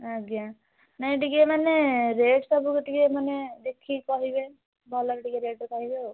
ଆଜ୍ଞା ନାଇଁ ଟିକିଏ ମାନେ ରେଟ୍ ସବୁ ଟିକିଏ ମାନେ ଦେଖିକି କହିବେ ଭଲରେ ଟିକିଏ ରେଟ୍ କହିବେ ଆଉ